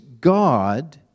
God